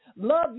love